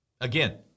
Again